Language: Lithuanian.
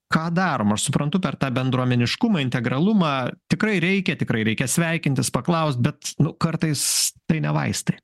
ką darom aš suprantu per tą bendruomeniškumą integralumą tikrai reikia tikrai reikia sveikintis paklaust bet kartais tai ne vaistai